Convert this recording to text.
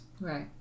Right